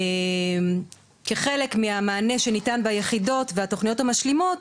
כחלק מהמענה שניתן ביחידות והתוכניות המשלימות